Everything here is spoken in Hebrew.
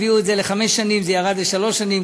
הביאו את זה לחמש שנים וזה ירד לשלוש שנים,